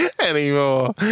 anymore